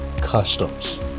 Customs